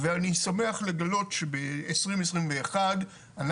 אני שמח לגלות שב-2021 אנחנו,